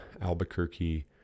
Albuquerque